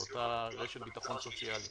לאותה רשת ביטחון סוציאלית.